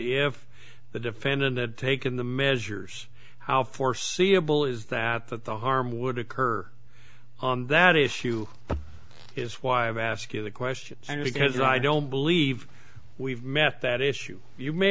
if the defendant had taken the measures how foreseeable is that that the harm would occur on that issue is why i'm asking the question and because i don't believe we've met that issue you may